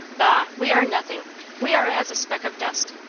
bah! we are nothing we are as a speck of dust.